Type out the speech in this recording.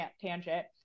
tangent